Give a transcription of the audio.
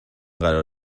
قرار